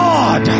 God